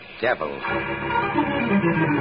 devil